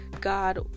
God